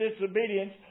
disobedience